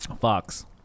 Fox